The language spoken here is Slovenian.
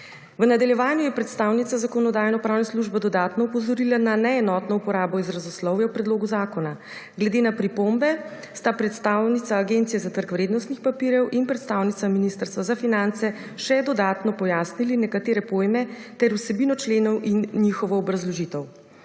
V nadaljevanju je predstavnica Zakonodajno-pravne službe dodatno opozorila na neenotno uporabo izrazoslovja v predlogu zakona. Glede na pripombe, sta predstavnica Agencije za trg vrednostnih papirjev in predstavnica Ministrstva za finance, še dodatno pojasnili nekatere pojme ter vsebino členov in njihovo obrazložitev.